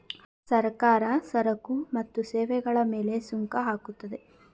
ಸರ್ಕಾರ ಸರಕು ಮತ್ತು ಸೇವೆಗಳ ಮೇಲೆ ಸುಂಕ ಹಾಕುತ್ತದೆ